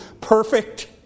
perfect